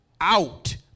out